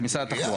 משרד התחבורה,